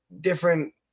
different